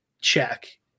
check